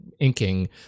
inking